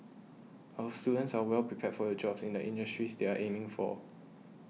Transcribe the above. our students are well prepared for the jobs in the industries they are aiming for